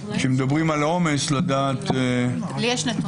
כשמדברים על עומס, לדעת כמה